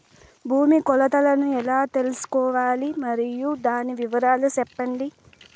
భూమి కొలతలను ఎలా తెల్సుకోవాలి? మరియు దాని వివరాలు సెప్పండి?